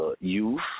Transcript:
youth